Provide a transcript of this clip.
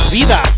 Vida